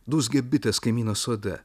dūzgė bitės kaimyno sode